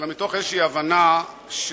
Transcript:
אלא מתוך איזו הבנה שאנחנו,